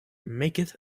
maketh